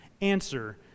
answer